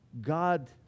God